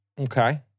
Okay